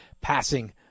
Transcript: passing